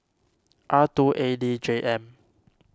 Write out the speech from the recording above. R two A D J M